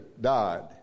died